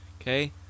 okay